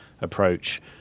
approach